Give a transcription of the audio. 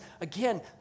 Again